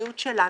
המדיניות שלנו.